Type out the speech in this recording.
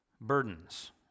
burdens